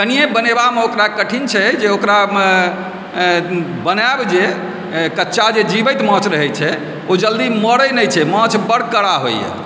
कनिये बनेबामे ओकरा कठिन छै ओकरामे बनायब जे कच्चा जे जिबैत माछ रहैत छै ओ जल्दी मरै नहि छै माछ बड़ कड़ा होइए